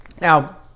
Now